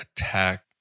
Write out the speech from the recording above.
attack